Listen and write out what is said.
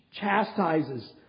chastises